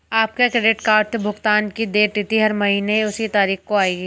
आपके credit card से भुगतान की देय तिथि हर महीने उसी तारीख को आएगी